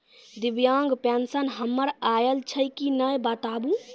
दिव्यांग पेंशन हमर आयल छै कि नैय बताबू?